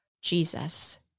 Jesus